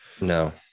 no